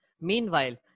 Meanwhile